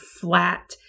flat